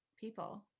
people